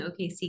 OKC